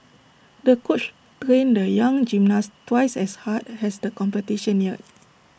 the coach trained the young gymnast twice as hard as the competition neared